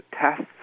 tests